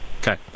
Okay